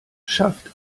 schafft